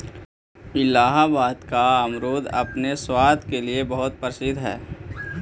इलाहाबाद का अमरुद अपने स्वाद के लिए बहुत प्रसिद्ध हई